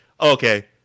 okay